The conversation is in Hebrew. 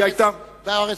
בארץ,